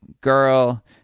girl